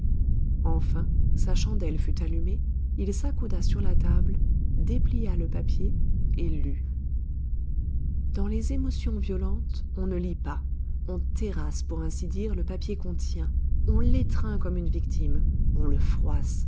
enfin sa chandelle fut allumée il s'accouda sur la table déplia le papier et lut dans les émotions violentes on ne lit pas on terrasse pour ainsi dire le papier qu'on tient on l'étreint comme une victime on le froisse